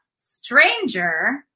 stranger